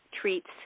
treats